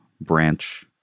branch